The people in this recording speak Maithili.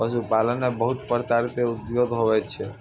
पशुपालन से बहुत प्रकार रो उद्योग हुवै छै